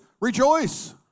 rejoice